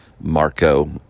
Marco